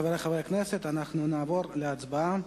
חברי חברי הכנסת, אנחנו נעבור להצבעה.